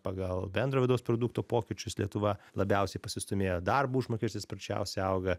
pagal bendro vidaus produkto pokyčius lietuva labiausiai pasistūmėjo darbo užmokestis sparčiausiai auga